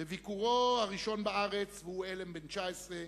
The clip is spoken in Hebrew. בביקורו הראשון בארץ, והוא עלם בן 19,